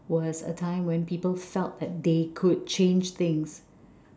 was a time when people felt like they could change things